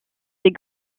des